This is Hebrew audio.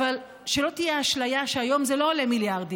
אבל שלא תהיה אשליה שהיום זה לא עולה מיליארדים.